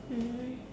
mm